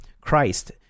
Christ